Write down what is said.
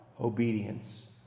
obedience